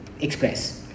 express